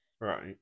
Right